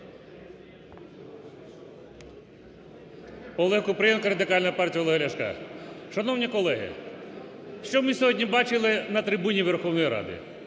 Олег Купрієнко, Радикальна партія Олега Ляшка. Шановні колеги! Що ми сьогодні бачили на трибуні Верховної Ради?